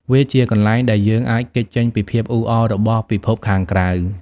វាជាកន្លែងដែលយើងអាចគេចចេញពីភាពអ៊ូអររបស់ពិភពខាងក្រៅ។